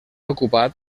ocupat